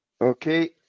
Okay